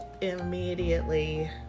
immediately